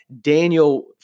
Daniel